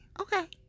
Okay